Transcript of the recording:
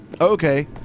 Okay